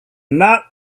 not